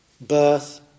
birth